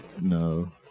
No